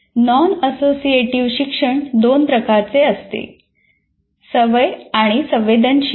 non associative शिक्षण दोन प्रकारचे आहेत सवय आणि संवेदनशीलता